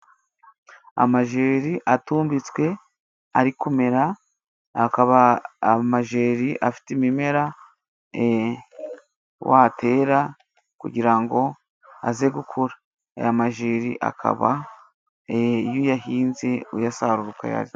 Amajeri atumbitswe ari kumera akaba amajeri afite imimera watera. Kugira ngo aze gukura amajeri akaba iyo uyahinze uyasaruka ukayarya.